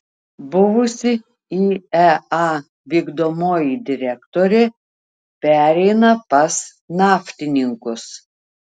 buvusi iea vykdomoji direktorė pereina pas naftininkus